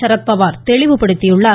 சரத்பவார் தெளிவுபடுத்தியுள்ளார்